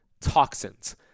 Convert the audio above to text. toxins